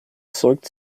sorgt